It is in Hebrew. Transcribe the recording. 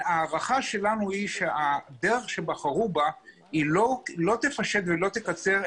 ההערכה שלנו היא שהדרך שבחרו בה לא תפשט ולא תקצר,